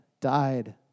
died